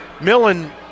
Millen